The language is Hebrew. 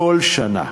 כל שנה.